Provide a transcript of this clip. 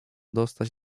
dostać